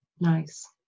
Nice